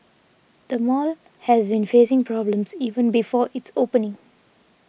the mall has been facing problems even before its opening